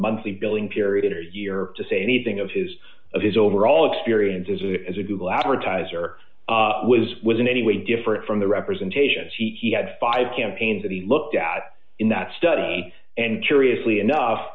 monthly billing period or year to say anything of his of his overall experience as a as a google advertiser was was in any way different from the representations he had five campaigns that he looked at in that study and curiously enough